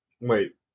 Wait